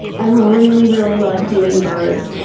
i really, really love doing birds.